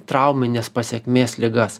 trauminės pasekmės ligas